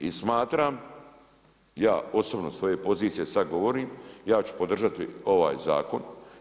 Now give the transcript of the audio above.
I smatram, ja osobno sa ove pozicije sada govorim, ja ću podržati ovaj zakon.